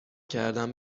کردم